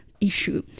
issue